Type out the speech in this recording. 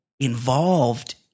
Involved